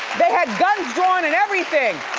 they had guns drawn and everything.